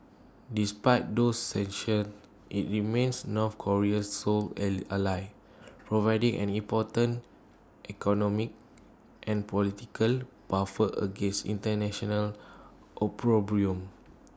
despite those sanctions IT remains north Korea's sole alley ally providing an important economic and political buffer against International opprobrium